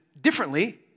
differently